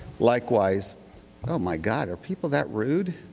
likewise, oh my god, are people that rude.